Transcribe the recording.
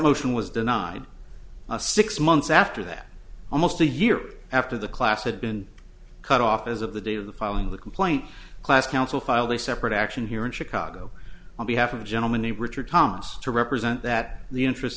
motion was denied six months after that almost a year after the class had been cut off as of the date of the filing the complaint class council filed a separate action here in chicago on behalf of a gentleman named richard thomas to represent that the interests